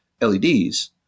LEDs